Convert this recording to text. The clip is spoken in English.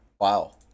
Wow